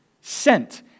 sent